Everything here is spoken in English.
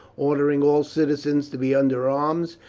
ordering all citizens to be under arms,